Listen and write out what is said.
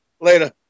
Later